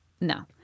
No